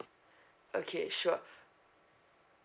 okay sure